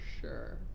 sure